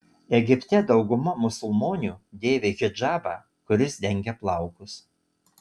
egipte dauguma musulmonių dėvi hidžabą kuris dengia plaukus